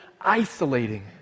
isolating